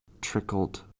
trickled